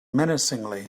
menacingly